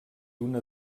una